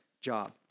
job